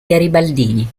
garibaldini